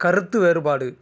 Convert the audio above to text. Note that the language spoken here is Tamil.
கருத்து வேறுபாடு